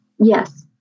Yes